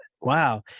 wow